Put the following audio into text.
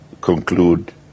conclude